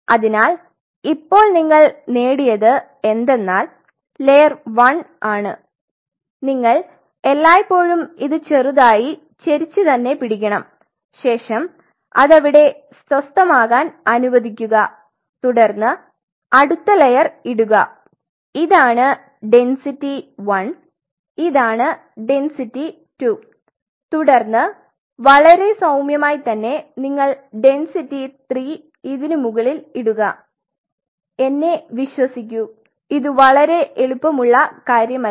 അതിനാൽ ഇപ്പോൾ നിങ്ങൾ നേടിയത് എന്തെന്നാൽ ലെയർ 1 ആണ് നിങ്ങൾ എല്ലായ്പ്പോഴും ഇത് ചെറുതായി ചരിച്ച് തന്നെ പിടിക്കണം ശേഷം അത് അവിടെ സ്വസ്ഥമാകാൻ അനുവദിക്കുക തുടർന്ന് അടുത്ത ലെയർ ഇടുക ഇതാണ് ഡെന്സിറ്റി 1 ഇതാണ് ഡെന്സിറ്റി 2 തുടർന്ന് വളരെ സൌമ്യമായി തന്നെ നിങ്ങൾ ഡെന്സിറ്റി 3 ഇതിന് മുകളിൽ ഇടുക എന്നെ വിശ്വസിക്കൂ ഇത് വളരെ എളുപ്പമുള്ള കാര്യമല്ല